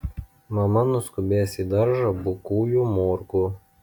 mama nuskubės į daržą bukųjų morkų